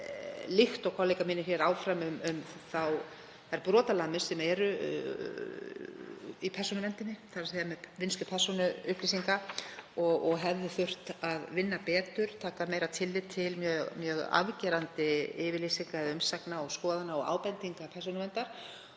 líkt og kollegar mínir hér um þær brotalamir sem eru í persónuverndinni, þ.e. í vinnslu persónuupplýsinga. Það hefði þurft að vinna betur, taka meira tillit til mjög afgerandi yfirlýsinga eða umsagna og skoðana og ábendinga Persónuverndar